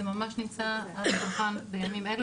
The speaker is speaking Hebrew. זה ממש נמצא על השולחן בימים אלו.